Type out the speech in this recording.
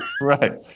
Right